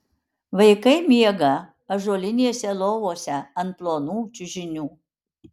vaikai miega ąžuolinėse lovose ant plonų čiužinių